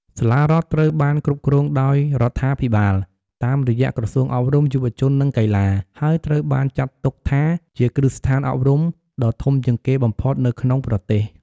សាលារដ្ឋត្រូវបាន គ្រប់គ្រងដោយរដ្ឋាភិបាល តាមរយៈក្រសួងអប់រំ យុវជន និងកីឡា ហើយត្រូវបានចាត់ទុកថាជាគ្រឹះស្ថានអប់រំដ៏ធំជាងគេបំផុតនៅក្នុងប្រទេស។